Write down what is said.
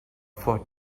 for